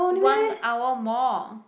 one hour more